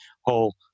whole